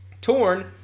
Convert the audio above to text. Torn